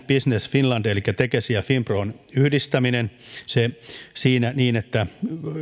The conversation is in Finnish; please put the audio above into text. business finland elikkä tekesin ja finpron yhdistäminen niin että